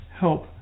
help